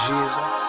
Jesus